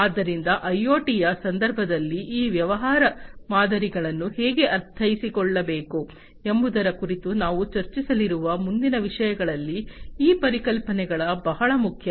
ಆದ್ದರಿಂದ ಐಒಟಿಯ ಸಂದರ್ಭದಲ್ಲಿ ಈ ವ್ಯವಹಾರ ಮಾದರಿಗಳನ್ನು ಹೇಗೆ ಅರ್ಥೈಸಿಕೊಳ್ಳಬೇಕು ಎಂಬುದರ ಕುರಿತು ನಾವು ಚರ್ಚಿಸಲಿರುವ ಮುಂದಿನ ವಿಷಯಗಳಲ್ಲಿ ಈ ಪರಿಕಲ್ಪನೆಗಳು ಬಹಳ ಮುಖ್ಯ